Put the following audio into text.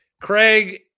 Craig